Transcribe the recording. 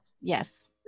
Yes